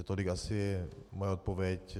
Tolik asi moje odpověď.